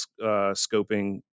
scoping